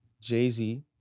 Jay-Z